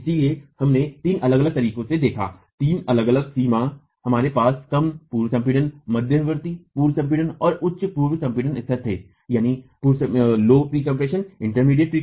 इसलिए अब हमने तीन अलग अलग तरीकों से देखा तीन अलग अलग सीमा हमारे पास कम पूर्व संपीड़न मध्यवर्ती पूर्व संपीड़न और उच्च पूर्व संपीड़न स्तर थे